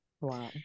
Wow